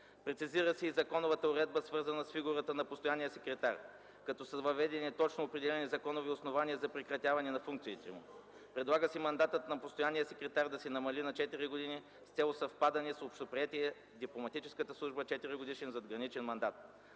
Прецизира се и законовата уредба, свързана с фигурата на постоянния секретар, като са въведени точно определени законови основания за прекратяване на функциите му. Предлага се мандатът на постоянния секретар да се намали на 4 години с цел съвпадане с общоприетия в дипломатическата служба 4-годишен задграничен мандат.